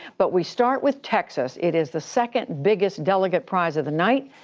but we start with texas. it is the second biggest delegate prize of the night,